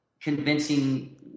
convincing